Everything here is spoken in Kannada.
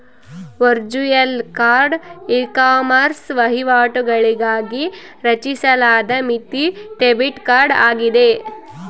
ವರ್ಚುಯಲ್ ಕಾರ್ಡ್ ಇಕಾಮರ್ಸ್ ವಹಿವಾಟುಗಳಿಗಾಗಿ ರಚಿಸಲಾದ ಮಿತಿ ಡೆಬಿಟ್ ಕಾರ್ಡ್ ಆಗಿದೆ